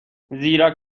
زیرا